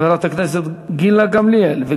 חברת הכנסת גילה גמליאל,